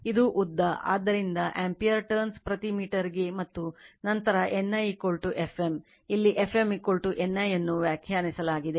ಇದು ಉದ್ದ ಆದ್ದರಿಂದ ಆಂಪಿಯರ್ turns ಪ್ರತಿ ಮೀಟರ್ಗೆ ಮತ್ತು ನಂತರ NI Fm ಇಲ್ಲಿ Fm NI ಅನ್ನುವ್ಯಾಖ್ಯಾನಿಸಲಾಗಿದೆ